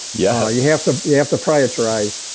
yeah you have to yeah have to prioritize.